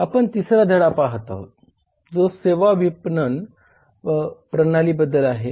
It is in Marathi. आपण 3रा धडा पाहत आहोत जो सेवा प्रणालीबद्दल आहे